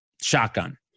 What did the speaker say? shotgun